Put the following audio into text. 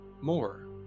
more